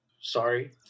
sorry